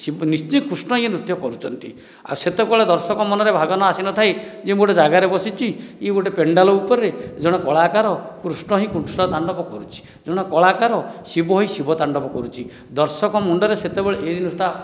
ନିଶ୍ଚିତ କୃଷ୍ଣ ଏ ନୃତ୍ୟ କରୁଛନ୍ତି ଆଉ ସେତେବେଳେ ଦର୍ଶକ ମନରେ ଏ ଭାବନା ଆସି ନଥାଏ ଯେ ମୁଁ ଗୋଟେ ଜାଗାରେ ବସିଛି ୟେ ଗୋଟେ ପେଣ୍ଡାଲ ଉପରେ ଜଣେ କଳାକାର କୃଷ୍ଣ ହେଇ କୃଷ୍ଣ ତାଣ୍ଡବ କରୁଛି ଜଣେ କଳାକାର ଶିବ ହେଇ ଶିବ ତାଣ୍ଡବ କରୁଛି ଦର୍ଶକ ମୁଣ୍ଡରେ ସେତେବେଳେ ଏ ଜିନିଷ ଟା